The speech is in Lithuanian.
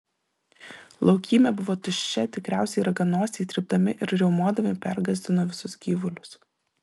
laukymė buvo tuščia tikriausiai raganosiai trypdami ir riaumodami pergąsdino visus gyvulius